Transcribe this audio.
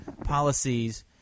policies